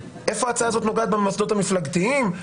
איפה ההצעה הזאת נוגעת במוסדות המפלגתיים?